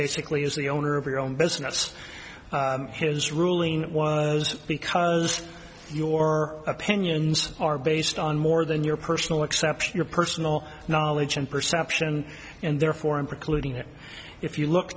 basically as the owner of your own business his ruling was because your opinions are based on more than your personal except your personal knowledge and perception and therefore in precluding that if you look